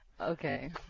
Okay